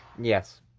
Yes